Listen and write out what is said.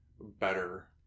better